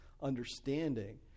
understanding